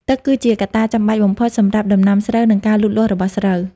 ទឹកគឺជាកត្តាចាំបាច់បំផុតសម្រាប់ដំណាំស្រូវ និងការលូតលាស់របស់ស្រូវ។